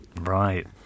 Right